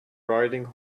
riding